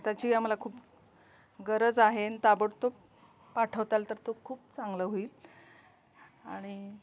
त्याची आम्हाला खूप गरज आहे आणि ताबडतोब पाठवताल तर तो खूप चांगला होईल आणि